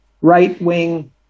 right-wing